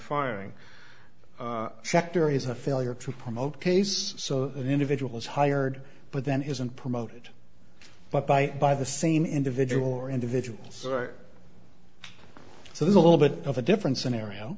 firing sector is a failure to promote case so that individuals hired but then isn't promoted but by by the same individual or individuals so there's a little bit of a different scenario